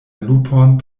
lupon